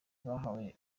bahawe